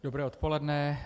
Dobré odpoledne.